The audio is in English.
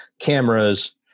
cameras